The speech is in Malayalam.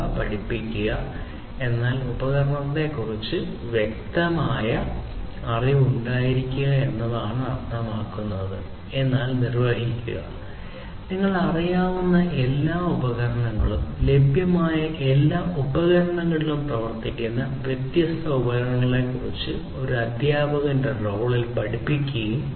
പഠിക്കുക എന്നാൽ ഉപകരണങ്ങളെക്കുറിച്ച് വ്യക്തമായ അറിവ് ഉണ്ടായിരിക്കുക എന്നാണ് അർത്ഥമാക്കുന്നത് എന്നാൽ നിർവ്വഹിക്കുക നിങ്ങൾക്ക് അറിയാവുന്ന എല്ലാ ഉപകരണങ്ങളും ലഭ്യമായ എല്ലാ ഉപകരണങ്ങളിലും പ്രവർത്തിക്കുകയും ഈ വ്യത്യസ്ത ഉപകരണങ്ങളെക്കുറിച്ച് ഒരു അധ്യാപകന്റെ റോളിൽ പഠിപ്പിക്കുകയും ചെയ്യുന്നു